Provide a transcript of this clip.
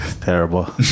terrible